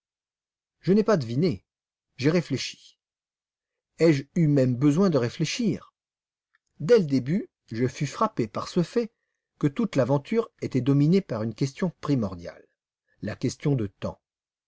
je n'ai pas deviné j'ai réfléchi ai-je eu même besoin de réfléchir dès le début je fus frappé par ce fait que toute l'aventure était dominée par une question primordiale la question de temps